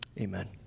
Amen